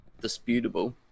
disputable